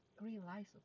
realize